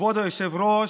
כבוד היושב-ראש,